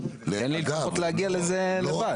ואין לי אפשרות להגיע לזה לבד.